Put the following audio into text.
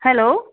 hello